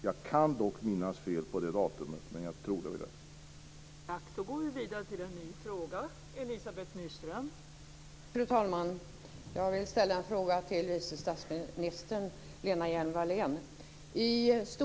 Jag kan minnas fel på datumet, men jag tror att det är så.